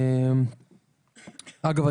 אגב,